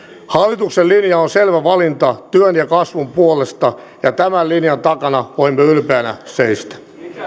hallituksen linja on selvä valinta työn ja kasvun puolesta ja tämän linjan takana voimme ylpeinä seistä